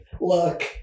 Look